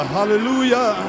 Hallelujah